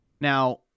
Now